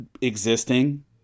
existing